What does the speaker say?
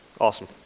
Awesome